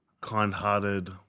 kind-hearted